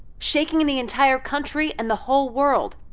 shaking the entire country and the whole world.